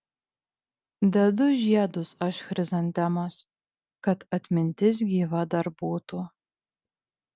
dedu žiedus aš chrizantemos kad atmintis gyva dar būtų